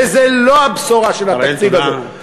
וזאת לא הבשורה של התקציב הזה, אראל, תודה.